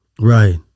Right